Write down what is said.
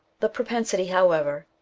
the propensity, however,